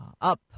up